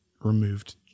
removed